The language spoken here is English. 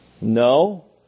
No